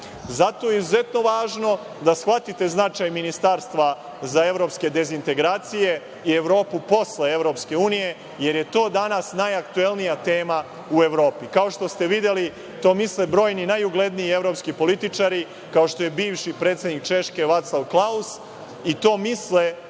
Zato je izuzetno važno da shvatite značaj ministarstva za evropske dezintegracije i Evropu posle EU, jer je to danas najaktuelnija tema u Evropi. Kao što ste videli, to misle brojni, najugledniji evropski političari, kao što je bivši predsednik Češke Vaclav Klaus i to misli